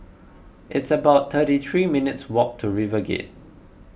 it's about thirty three minutes' walk to RiverGate